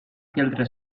filtre